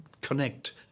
connect